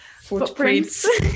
footprints